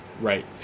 right